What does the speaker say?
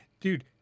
dude